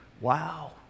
wow